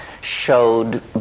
showed